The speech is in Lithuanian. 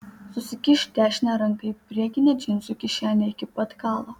susikišk dešinę ranką į priekinę džinsų kišenę iki pat galo